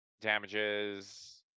damages